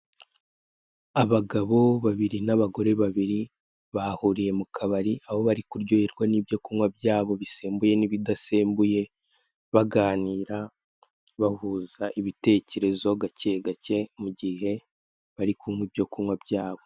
Abagabo babiri n'abagore babiri bahuriye mu kabari, aho bari kuryoherwa n'ibyo kunywa byabo ibisembuye n'ibidasembuye, baganira, bahuza ibitekerezo gake gake mu gihe bari kunywa ibyo kunywa byabo.